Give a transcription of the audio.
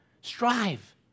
Strive